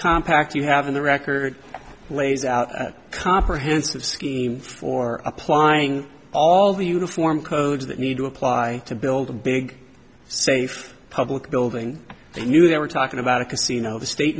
compact you have in the record lays out a comprehensive scheme for applying all the uniform code that need to apply to build a big safe public building they knew they were talking about a casino the state